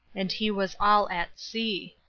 and he was all at sea.